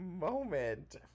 moment